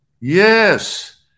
Yes